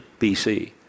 BC